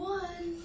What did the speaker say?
one